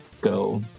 go